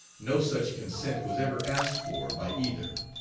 no such consent was ever asked for by either.